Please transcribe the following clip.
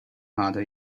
mother